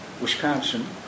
Wisconsin